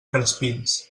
crespins